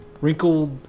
Wrinkled